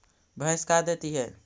भैंस का देती है?